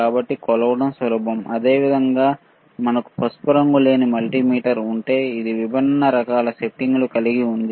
కాబట్టి కొలవడం సులభం అదేవిధంగా మనకు పసుపు రంగు లేని మల్టీమీటర్ ఉంటే ఇది విభిన్న రకాల సెట్టింగ్లు కలిగి ఉంది